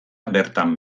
bertan